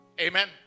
Amen